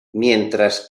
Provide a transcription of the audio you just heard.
mientras